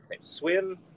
Swim